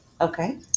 Okay